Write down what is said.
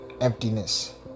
Emptiness